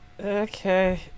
Okay